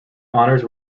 honours